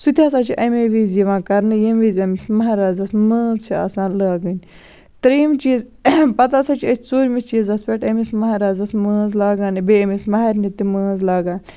سُہ تہِ ہسا چھُ اَمے وِزِ یِوان کرنہٕ ییٚمہِ وِزِ أمِس مہرازَس مٲنز چھِ آسان لاگٕنۍ تریٚیِم چیٖز پَتہٕ ہسا چھ أسۍ ژوٗرمِس چیٖزَس پٮ۪ٹھ أمِس مہرازَس مٲنز لاگان یا بیٚیہِ أمِس مَہرنہِ تہِ مٲنز لاگان